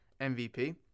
MVP